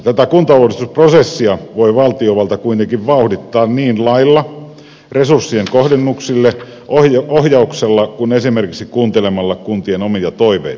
tätä kuntauudistusprosessia voi valtiovalta kuitenkin vauhdittaa niin lailla resurssien kohdennuksilla ohjauksella kuin esimerkiksi kuuntelemalla kuntien omia toiveita